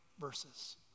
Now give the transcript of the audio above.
verses